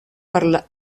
per